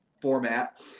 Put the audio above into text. format